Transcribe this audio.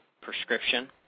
prescription